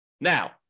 Now